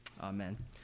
Amen